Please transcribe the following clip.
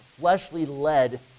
fleshly-led